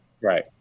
Right